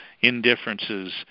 indifferences